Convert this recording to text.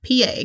PA